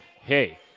hey